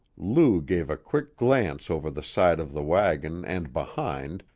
lou gave a quick glance over the side of the wagon and behind,